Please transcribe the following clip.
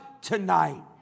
tonight